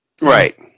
Right